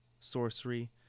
sorcery